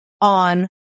on